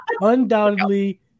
undoubtedly